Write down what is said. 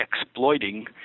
exploiting